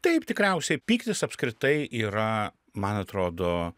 taip tikriausiai pyktis apskritai yra man atrodo